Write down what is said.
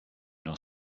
nor